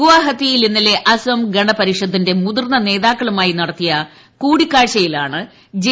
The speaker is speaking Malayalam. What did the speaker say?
ഗുവാഹത്തിയിൽ ഇന്നലെ അസം ഗണ പരിഷത്തിന്റെ മുതിർന്ന നേതാക്കളുമായി നടത്തിയ കൂടിക്കാഴ്ചയിലാണ് ജെ